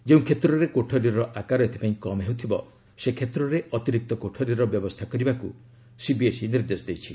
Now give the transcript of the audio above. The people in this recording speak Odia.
ଯେଉଁ ଷେତ୍ରରେ କୋଠରୀର ଆକାର ଏଥିପାଇଁ କମ୍ ହେଉଥିବ ସେ କ୍ଷେତ୍ରରେ ଅତିରିକ୍ତ କୋଠରୀର ବ୍ୟବସ୍ଥା କରିବାକୁ ସିବିଏସ୍ଇ କହିଛି